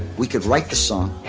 we could write the song,